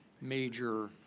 major